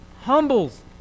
humbles